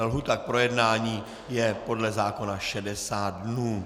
Lhůta k projednání je podle zákona 60 dnů.